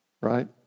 Right